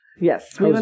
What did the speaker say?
Yes